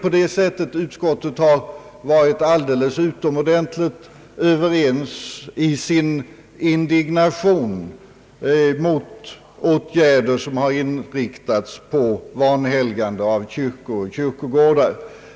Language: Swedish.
Utskottet har emellertid varit alldeles utomordentligt enigt i sin indignation mot sådana uppträdanden som inriktas på vanhelgande av kyrkor och kyrkogårdar.